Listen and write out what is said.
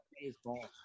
baseball